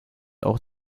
auch